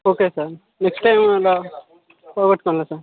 okay sir next time అలా పోగొట్టుకోనులే sir